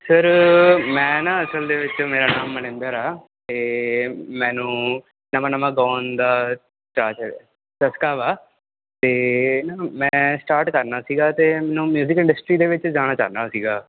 sir ਮੈਂ ਨਾ ਅਸਲ ਦੇ ਵਿੱਚ ਮੇਰਾ ਨਾਮ ਮਨਿੰਦਰ ਆ ਅਤੇ ਮੈਨੂੰ ਨਵਾਂ ਨਵਾਂ ਗਾਉਣ ਦਾ ਚਾਅ 'ਚ ਚਸਕਾ ਵਾ ਅਤੇ ਨਾ ਮੈਂ ਸਟਾਰਟ ਕਰਨਾ ਸੀਗਾ ਅਤੇ ਮੈਨੂੰ ਮਿਊਜ਼ੀਕਲ ਇੰਡਸਟਰੀ ਦੇ ਵਿੱਚ ਜਾਣਾ ਚਾਹੁੰਦਾ ਸੀਗਾ